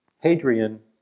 Hadrian